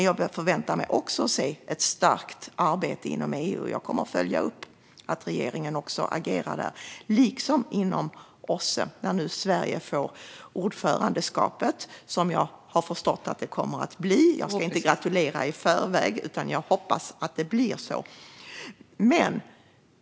Jag förväntar mig också ett starkt arbete inom EU, och jag kommer att följa upp att regeringen också agerar där, liksom inom OSSE när nu Sverige får ordförandeskapet, även om jag inte ska gratulera i förväg. Jag hoppas dock att det kommer att bli så.